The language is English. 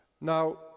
Now